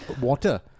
water